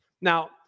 Now